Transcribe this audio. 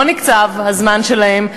שלא נקצב הזמן שלהם,